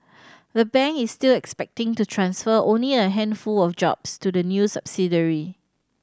the bank is still expecting to transfer only a handful of jobs to the new subsidiary